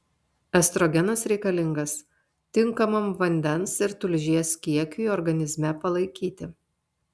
estrogenas reikalingas tinkamam vandens ir tulžies kiekiui organizme palaikyti